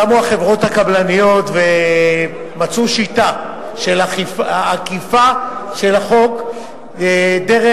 קמו החברות הקבלניות ומצאו שיטה של עקיפה של החוק דרך,